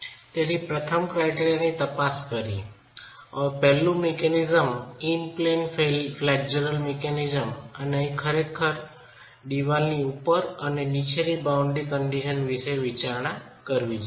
તેથી પ્રથમ ક્રાયટેરિયા ની તપાસ કરી પ્રથમ mechanism in plane flexural mechanism અને અહીં ખરેખર દિવાલની ઉપર અને નીચેની બાઉન્ડ્રી કન્ડિશનની વિશે વિચારણા કરવી જોઈએ